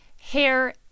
hair